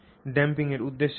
damping এর উদ্দেশ্য কী